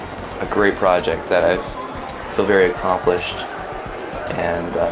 a great project that i feel very accomplished and